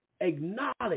acknowledge